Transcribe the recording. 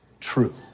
true